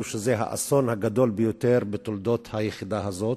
שזה האסון הגדול ביותר בתולדות היחידה הזאת.